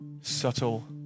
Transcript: subtle